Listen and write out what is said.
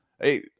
Hey